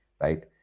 right